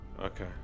okay